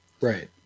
Right